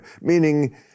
meaning